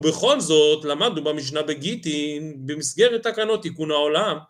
בכל זאת למדנו במשנה בגיטין במסגרת תקנות תיקון העולם